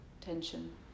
tension